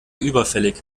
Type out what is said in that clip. überfällig